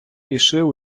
рішив